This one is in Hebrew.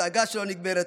הדאגה שלא נגמרת,